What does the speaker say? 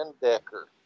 Becker